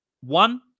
one